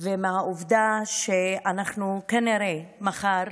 ואת העובדה שאנחנו כנראה מחר